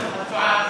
לא לא, את טועה.